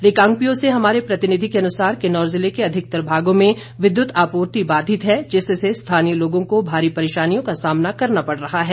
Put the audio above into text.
रिकांगपिओ से हमारे प्रतिनिधि के अनुसार किन्नौर जिले के अधिकतर भागों में विद्युत आपूर्ति बाधित है जिससे स्थानीय लोगों को भारी परेशानियों का सामना करना पड़ रहा है